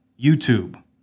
YouTube